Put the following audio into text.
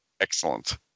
excellent